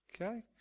Okay